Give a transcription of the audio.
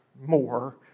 more